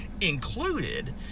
included